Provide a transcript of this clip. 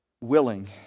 willing